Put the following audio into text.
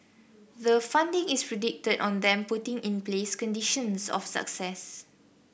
the funding is predicated on them putting in place conditions of success